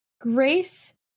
Grace